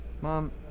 Mom